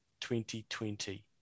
2020